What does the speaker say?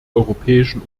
europäischen